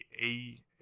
A-